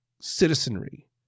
citizenry